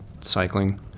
cycling